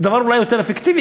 זה דבר אולי יותר אפקטיבי,